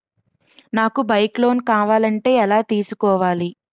నాకు bike loan కావాలంటే ఎలా తీసుకోవాలి?